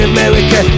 America